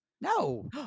No